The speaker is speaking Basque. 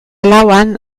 lauan